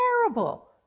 terrible